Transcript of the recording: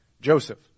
Joseph